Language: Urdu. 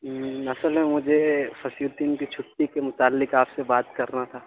اصل میں مجھے فصیح الدین کی چھٹی کے متعلق آپ سے بات کرنا تھا